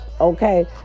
okay